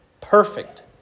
perfect